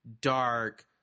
dark